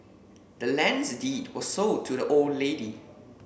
the land's deed was sold to the old lady